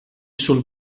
sul